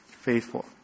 Faithful